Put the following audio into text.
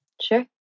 Sure